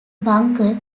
bunker